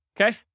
Okay